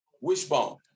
Wishbone